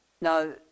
Now